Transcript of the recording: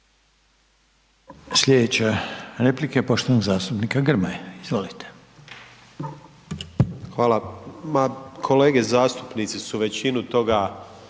Sljedeća replika je poštovanog zastupnika Marasa. **Maras,